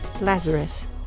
Lazarus